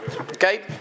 Okay